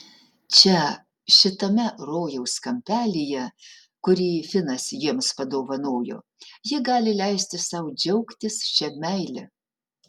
čia šitame rojaus kampelyje kurį finas jiems padovanojo ji gali leisti sau džiaugtis šia meile